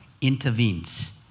intervenes